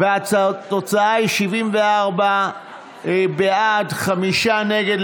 והתוצאה היא: 74 בעד, חמישה נגד.